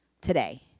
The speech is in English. today